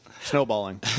snowballing